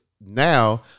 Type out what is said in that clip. now